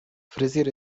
fryzjer